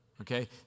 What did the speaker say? okay